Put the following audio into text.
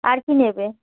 আর কী নেবে